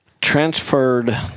transferred